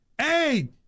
Hey